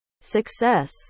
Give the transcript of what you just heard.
Success